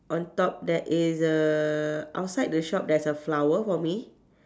on top there is a outside the shop there's a flower for me